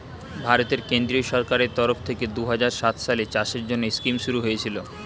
ভারতের কেন্দ্রীয় সরকারের তরফ থেকে দুহাজার সাত সালে চাষের জন্যে স্কিম শুরু হয়েছিল